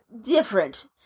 different